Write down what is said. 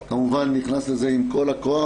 ראובן נכנס לזה עם כל הכוח,